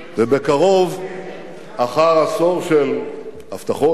ובקרוב, אחר עשור של הבטחות,